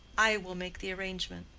i will make the arrangement.